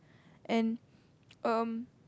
and um